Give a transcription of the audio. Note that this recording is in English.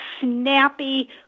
snappy